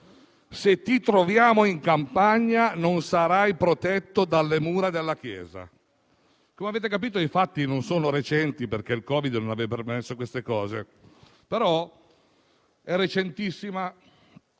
se ti troviamo in campagna, non sarai protetto dalle mura della chiesa. Come avete capito, i fatti non sono recenti perché il Covid non li avrebbe permessi, però è recentissimo